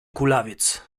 kulawiec